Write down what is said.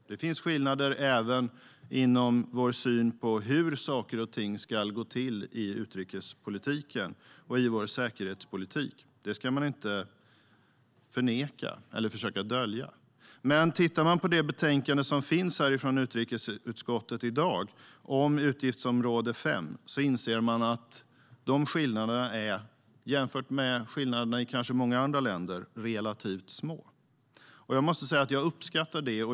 Det finns skillnader även i vår syn på hur saker och ting ska gå till i utrikespolitiken och i vår säkerhetspolitik. Det ska man inte förneka eller försöka dölja. Men tittar man på det betänkande som finns från utrikesutskottet i dag om utgiftsområde 5 inser man att de skillnaderna, jämfört med skillnaderna i kanske många andra länder, är relativt små. Jag måste säga att jag uppskattar det.